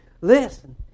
Listen